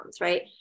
right